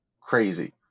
crazy